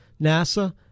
NASA